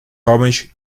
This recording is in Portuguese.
homens